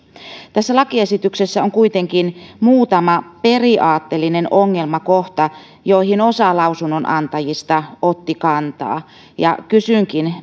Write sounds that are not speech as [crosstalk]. tässä lakiesityksessä on kuitenkin muutama periaatteellinen ongelmakohta joihin osa lausunnonantajista otti kantaa kysynkin [unintelligible]